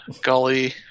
Gully